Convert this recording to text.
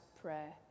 prayer